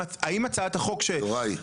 האם הצעת החוק --- יוראי,